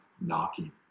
knocking